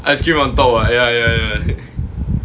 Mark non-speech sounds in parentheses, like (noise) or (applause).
ice cream on top what ya ya ya (laughs)